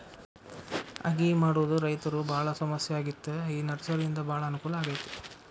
ಅಗಿ ಮಾಡುದ ರೈತರು ಬಾಳ ಸಮಸ್ಯೆ ಆಗಿತ್ತ ಈ ನರ್ಸರಿಯಿಂದ ಬಾಳ ಅನಕೂಲ ಆಗೈತಿ